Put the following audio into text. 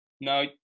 No